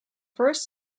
first